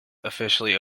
officially